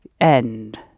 End